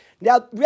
Now